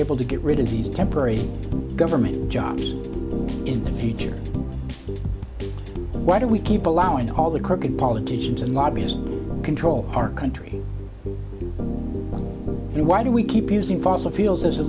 able to get rid of these temporary government jobs in the future why do we keep allowing to all the crooked politicians and lobbyists control our country and why do we keep us